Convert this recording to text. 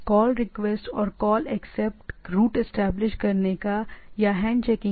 call request और call accept packet establish connection या hand shaking